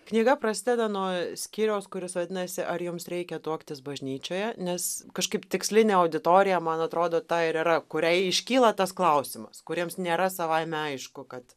knyga prasideda nuo skyriaus kuris vadinasi ar jums reikia tuoktis bažnyčioje nes kažkaip tikslinė auditorija man atrodo ta ir yra kuriai iškyla tas klausimas kuriems nėra savaime aišku kad